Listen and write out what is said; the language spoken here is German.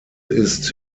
ist